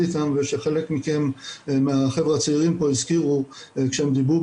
איתם ושחלק מהחבר'ה הצעירים פה כשהם דיברו,